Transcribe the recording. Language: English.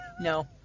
No